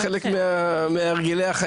ברור, זה צריך להיות חלק מהחיים.